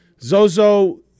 Zozo